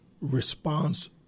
response